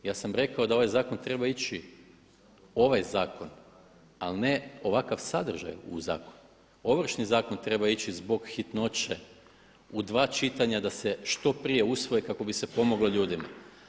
Ja sam rekao da ovaj zakon treba ići, ovaj zakon ali ne ovakva sadržaj u zakonu, Ovršni zakon treba ići zbog hitnoće u dva čitanja da se što prije usvoje kako bi se pomoglo ljudima.